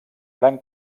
gran